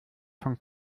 von